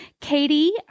Katie